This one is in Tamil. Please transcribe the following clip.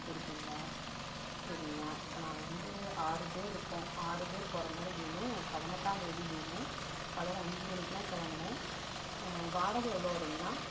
இருக்குங்களா சரிங்க இப்போ நாங்கள் வந்து ஆறு பேர் இருக்கோம் ஆறு பேர் போகிற மாதிரி வேணும் எனக்கு பதினெட்டாம்தேதி வேணும் காலையில் அஞ்சு மணிக்கெலாம் கிளம்பணும் வாடகை எவ்வளோ வருங்கண்ணா